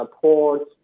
ports